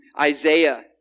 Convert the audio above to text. Isaiah